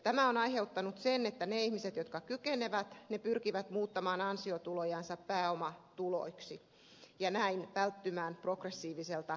tämä on aiheuttanut sen että ne ihmiset jotka kykenevät pyrkivät muuttamaan ansiotulojansa pääomatuloiksi ja näin välttymään progressiiviselta verotukselta